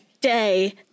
day